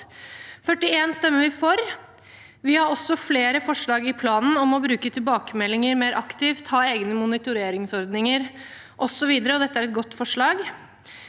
41 stemmer vi for. Vi har også flere forslag i planen om å bruke tilbakemeldinger mer aktivt, ha egne monitoreringsordninger osv., og dette er et godt forslag.